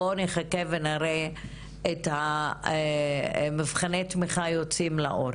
בואו נחכה ונראה את מבחני התמיכה יוצאים לאור,